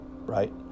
right